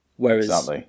Whereas